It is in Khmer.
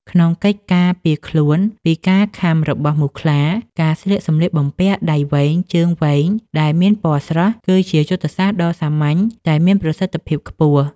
ក្នុងកិច្ចការពារខ្លួនពីការខាំរបស់មូសខ្លា ការស្លៀកសម្លៀកបំពាក់ដៃវែងជើងវែងដែលមានពណ៌ស្រាល គឺជាយុទ្ធសាស្ត្រដ៏សាមញ្ញតែមានប្រសិទ្ធភាពខ្ពស់។